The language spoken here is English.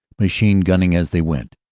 machine-gunning as they went.